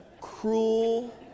cruel